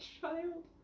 child